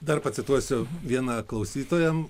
dar pacituosiu vieną klausytoją